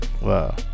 Wow